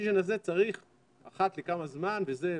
החזון הזה צריך אחת לכמה זמן, וזה בתוכנית,